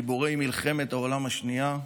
גיבורי מלחמת העולם השנייה,